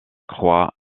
croix